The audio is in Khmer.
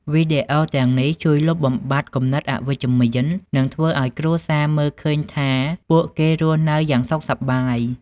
វីដេអូទាំងនេះជួយលុបបំបាត់គំនិតអវិជ្ជមាន និងធ្វើឲ្យគ្រួសារមើលឃើញថាពួកគេរស់នៅយ៉ាងសុខសប្បាយ។